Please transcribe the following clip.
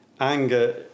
anger